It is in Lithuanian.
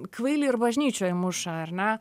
kvailį ir bažnyčioj muša ar ne